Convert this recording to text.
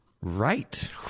right